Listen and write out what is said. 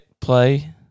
play